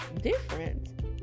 different